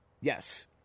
Yes